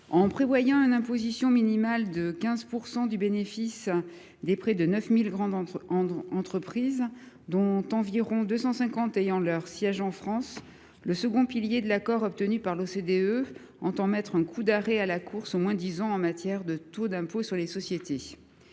En prévoyant une imposition minimale à hauteur de 15 % des bénéfices de près de 9 000 grandes entreprises, dont environ 250 possèdent leurs sièges en France, le second pilier de l’accord obtenu par l’OCDE entend mettre un coup d’arrêt à la course au moins disant en matière d’imposition des sociétés.